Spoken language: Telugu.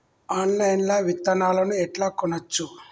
ఆన్లైన్ లా విత్తనాలను ఎట్లా కొనచ్చు?